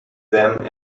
them